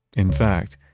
in fact,